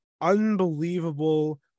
unbelievable